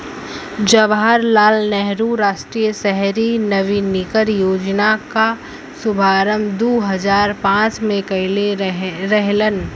जवाहर लाल नेहरू राष्ट्रीय शहरी नवीनीकरण योजना क शुभारंभ दू हजार पांच में कइले रहलन